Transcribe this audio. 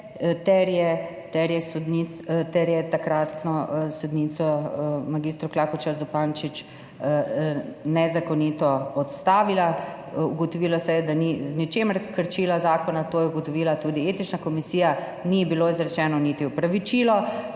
ter je takratno sodnico mag. Klakočar Zupančič nezakonito odstavila. Ugotovilo se je, da ni z ničemer kršila zakona, to je ugotovila tudi etična komisija, ni ji bilo izrečeno niti opravičilo.